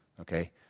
Okay